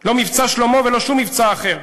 לא "מבצע שלמה" ולא שום מבצע אחר.